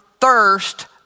thirst